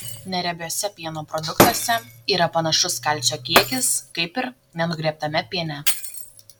neriebiuose pieno produktuose yra panašus kalcio kiekis kaip ir nenugriebtame piene